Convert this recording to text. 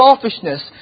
selfishness